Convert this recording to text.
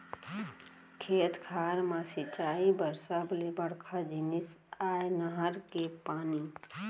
खेत खार म सिंचई बर सबले बड़का जिनिस आय नहर के पानी